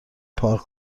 پارک